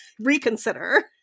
reconsider